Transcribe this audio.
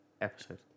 episode